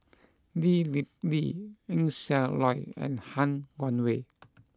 Lee Kip Lee Eng Siak Loy and Han Guangwei